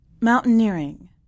Mountaineering